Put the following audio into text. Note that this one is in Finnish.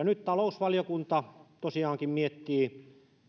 nyt talousvaliokunta tosiaankin miettii